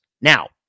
Now